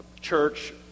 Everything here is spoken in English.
church